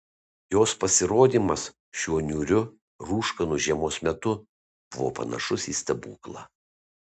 jos pasirodymas šiuo niūriu rūškanu žiemos metu buvo panašus į stebuklą